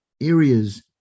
areas